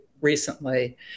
recently